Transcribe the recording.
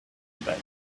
that